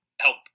help